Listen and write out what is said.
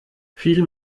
viel